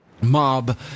mob